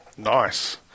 Nice